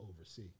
oversee